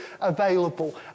available